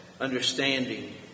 understanding